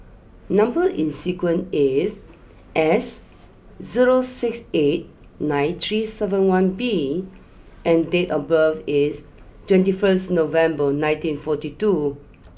number is sequence is S zero six eight nine three seven one B and date of birth is twenty first November nineteen forty two